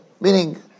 meaning